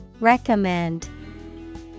Recommend